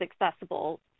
accessible